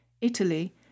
Italy